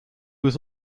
was